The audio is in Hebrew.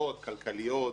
כלכליות וכו',